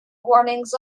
warnings